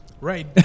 right